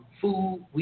Food